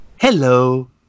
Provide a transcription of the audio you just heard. Hello